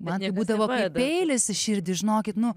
man būdavo peilis į širdį žinokit nu